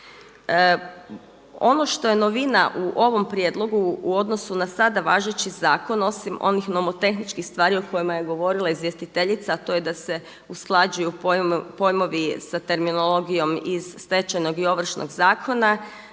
Ono što je novina u ovom prijedlogu u odnosu na sada važeći zakon osim onih nomotehničkih stvari o kojima je govorila izvjestiteljica, a to je da se usklađuju pojmovi sa terminologijom iz Stečajnog i Ovršnog zakona.